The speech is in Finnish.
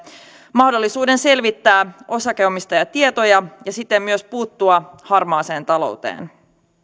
mahdollisuuden selvittää osakeomistajatietoja ja siten myös puuttua harmaaseen talouteen